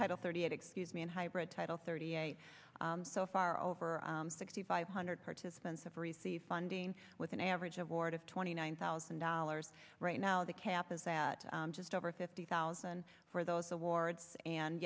title thirty eight excuse me and hybrid title thirty eight so far over sixty five hundred participants have received funding with an average of ward of twenty nine thousand dollars right now the cap is at just over fifty thousand for those awards and